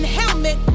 helmet